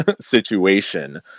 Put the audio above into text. situation